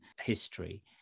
history